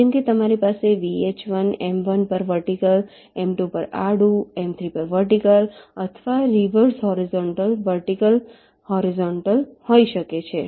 જેમ કે તમારી પાસે VHV m1 પર વર્ટિકલ m2 પર આડું m3 પર વર્ટિકલ અથવા રિવર્સ હોરિઝોન્ટલ વર્ટિકલ હોરિઝોન્ટલ હોઈ શકે છે